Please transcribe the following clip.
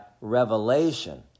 revelation